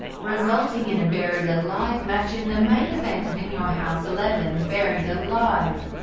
resulting in a buried alive match in the main event of in your house eleven buried alive,